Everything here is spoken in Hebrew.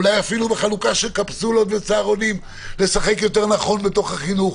אולי אפילו בחלוקה של קפסולות וצהרונים - לשחק יותר נכון בתוך החינוך.